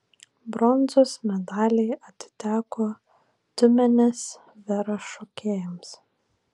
bronzos medaliai atiteko tiumenės vera šokėjams